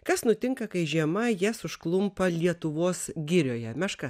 kas nutinka kai žiema jas užklumpa lietuvos girioje meška